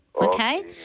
okay